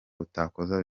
utakoze